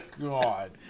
God